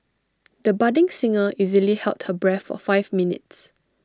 the budding singer easily held her breath for five minutes